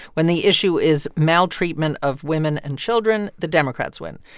when the issue is maltreatment of women and children, the democrats win.